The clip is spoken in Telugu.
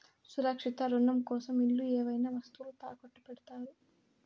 సురక్షిత రుణం కోసం ఇల్లు ఏవైనా వస్తువులు తాకట్టు పెడతారు